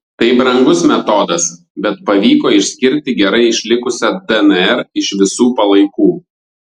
tai brangus metodas bet pavyko išskirti gerai išlikusią dnr iš visų palaikų